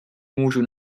můžu